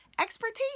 expertise